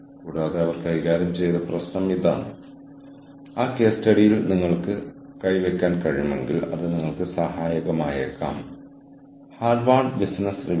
കൂടാതെ പ്രകടനം അളക്കുകയും വിലയിരുത്തുകയും ഫീഡ്ബാക്ക് നൽകുകയും ചെയ്യുന്നത് നെറ്റ്വർക്കിന്റെ തലത്തിലാണ് അല്ലാതെ സ്ഥാപനത്തിന്റെ തലത്തിലല്ല